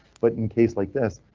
but in case like this,